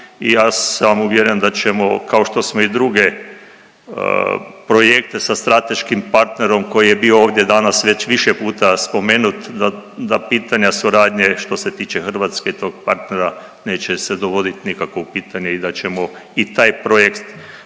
i ja sam uvjeren da ćemo kao što smo i druge projekte sa strateškim partnerom koji je bio ovdje danas već više puta spomenut, da pitanja suradnje što se tiče Hrvatske i tog partnera, neće se dovodit nikako u pitanje i da ćemo i taj projekt